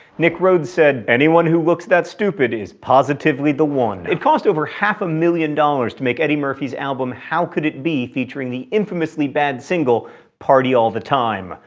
nick rhodes said, anyone who looks that stupid is positively the one. it cost over half a million dollars to make eddie murphy's album how could it be featuring the infamously bad single party all the time.